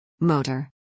Motor